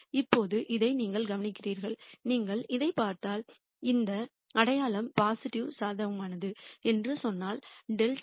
இப்போது இதை நீங்கள் கவனிக்கிறீர்கள் நீங்கள் இதைப் பார்த்தால் இந்த அடையாளம் பாசிட்டிவ் க்கு சாதகமானது என்று சொன்னால் δ